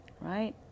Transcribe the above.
right